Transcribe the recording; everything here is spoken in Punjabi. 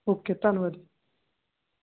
ਓਕੇ ਧੰਨਵਾਦ